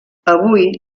avui